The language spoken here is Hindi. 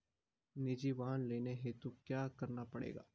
निजी वाहन लोन हेतु क्या करना पड़ेगा?